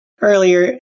earlier